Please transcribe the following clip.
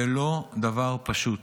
זה לא דבר פשוט.